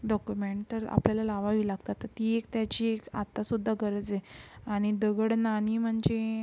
document तर आपल्याला लावावी लागतात तर ती एक त्याची एक आत्तासुद्धा गरज आहे आणि दगड नाणी म्हणजे